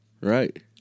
Right